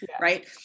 right